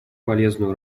полезную